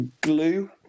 Glue